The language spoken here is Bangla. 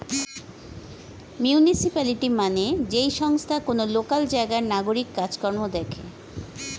মিউনিসিপালিটি মানে যেই সংস্থা কোন লোকাল জায়গার নাগরিক কাজ কর্ম দেখে